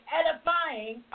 edifying